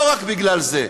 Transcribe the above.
לא רק בגלל זה,